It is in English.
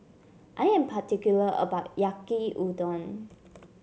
I am particular about my Yaki Udon